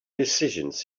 decisions